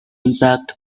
impact